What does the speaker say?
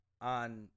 on